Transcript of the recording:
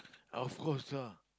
of course ah